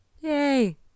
Yay